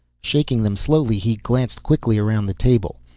shaking them slowly he glanced quickly around the table.